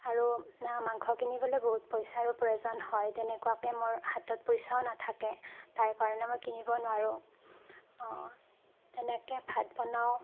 আৰু মাংস কিনিবলৈ বহুত পইচাৰো প্ৰয়োজন হয় তেনেকুৱাকৈ মোৰ হাতত পইচাও নাথাকে তাৰ কাৰণে মই কিনিব নোৱাৰোঁ তেনেকৈ ভাত বনাওঁ